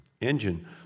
engine